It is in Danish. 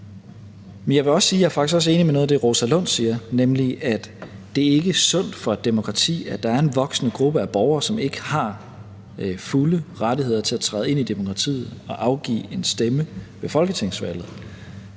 er enig i noget af det, Rosa Lund siger, nemlig at det ikke er sundt for et demokrati, at der er en voksende gruppe af borgere, som ikke har fulde rettigheder til at træde ind i demokratiet og afgive en stemme ved folketingsvalget.